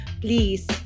Please